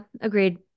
Agreed